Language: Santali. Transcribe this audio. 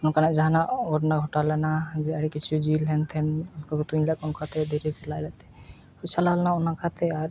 ᱱᱚᱝᱠᱟᱱᱟᱜ ᱡᱟᱦᱟᱱᱟᱜ ᱱᱚᱝᱠᱟᱱᱟᱜ ᱜᱷᱚᱴᱚᱱᱟ ᱜᱷᱚᱴᱟᱣ ᱞᱮᱱᱟ ᱡᱮ ᱟᱹᱰᱤ ᱠᱤᱪᱷᱩ ᱡᱤᱞ ᱦᱮᱱᱛᱮᱱ ᱩᱱᱠᱩ ᱠᱚ ᱛᱩᱧᱞᱮᱫ ᱠᱚᱣᱟ ᱚᱱᱠᱟᱛᱮ ᱫᱷᱤᱨᱤ ᱠᱚ ᱞᱟᱡᱼᱞᱟᱡᱛᱮ ᱠᱚ ᱪᱟᱞᱟᱣ ᱞᱮᱱᱟ ᱚᱱᱟ ᱠᱟᱛᱮᱫ ᱟᱨ